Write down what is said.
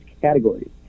categories